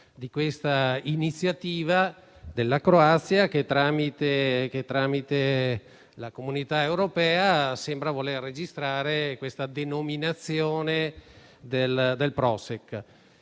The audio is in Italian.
di questa iniziativa della Croazia che, tramite la Comunità europea, sembra voler registrare la denominazione del Pro*š*ek.